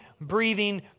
breathing